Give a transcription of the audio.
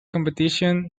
competition